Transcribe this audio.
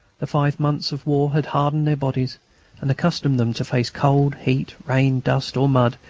the five months of war had hardened their bodies and accustomed them to face cold, heat, rain, dust, or mud,